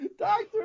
Doctor